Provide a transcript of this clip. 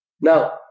Now